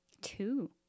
Two